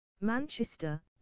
Manchester